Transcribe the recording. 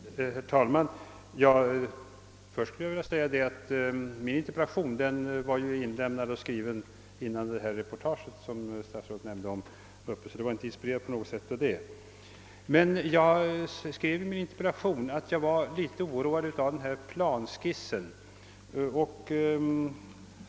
Herr talman! Först vill jag säga att min interpellation skrevs och inlämnades innan det reportage, som statsrådet omnämnde, publicerades. Jag var alltså inte på något sätt inspirerad av detta. Jag skrev emellertid i min interpellation att jag var litet oroad av den uppgjorda planskissen.